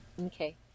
Okay